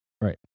Right